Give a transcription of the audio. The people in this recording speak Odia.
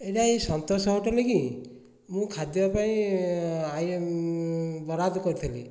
ଏଇଟା ଏହି ସନ୍ତୋଷ ହୋଟେଲ୍ କି ମୁଁ ଖାଦ୍ୟ ପାଇଁ ଆଇ ବରାଦ କରିଥିଲି